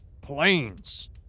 planes